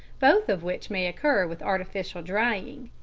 both of which may occur with artificial drying.